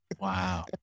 Wow